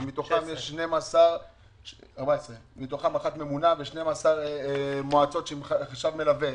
ומתוכם אחת ממונה ו-12 מועצות עם חשב מלווה.